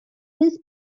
this